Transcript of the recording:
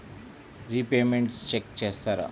Repayments check చేస్తారా?